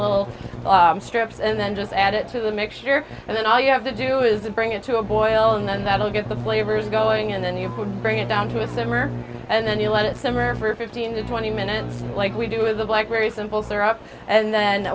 little strips and then just add it to the mixture and then all you have to do is bring it to a boil and then that'll get the flavors going and then you would bring it down to a simmer and then you let it simmer for fifteen to twenty minutes like we do with a black very simple syrup and